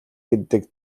гэдэг